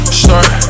start